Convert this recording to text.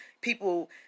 people